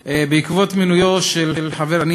אדוני היושב-ראש, תודה רבה.